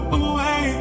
away